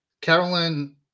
Carolyn